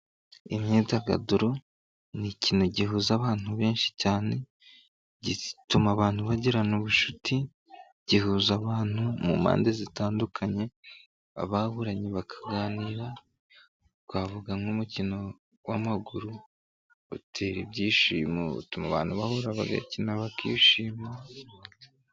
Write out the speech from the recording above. Imyidagaduro n'ikintu gihuza abantu benshi cyane, gituma abantu bagirana ubucuti, gihuza abantu mu mpande zitandukanye, ababuranye bakaganira, twavuga nk'umukino w'amaguru utera ibyishimo utuma abantu bahura bagakina bakishima...